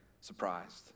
surprised